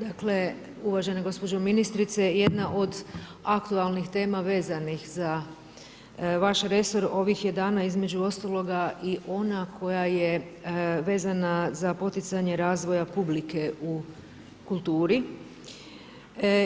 Dakle, uvažena gospođo ministrice, jedna od aktualnih tema vezanih za vaš resor ovih je dana između ostaloga i ona koja je vezana za poticanje razvoja publike u kulturi